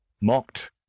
mocked